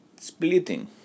Splitting